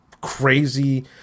crazy